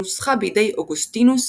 שנוסחה בידי אוגוסטינוס,